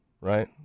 right